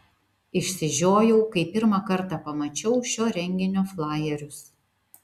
išsižiojau kai pirmą kartą pamačiau šio renginio flajerius